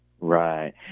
Right